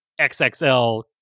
xxl